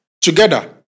together